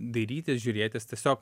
dairytis žiūrėtis tiesiog